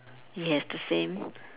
yes the same